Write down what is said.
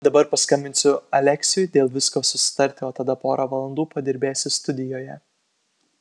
dabar paskambinsiu aleksiui dėl visko susitarti o tada porą valandų padirbėsiu studijoje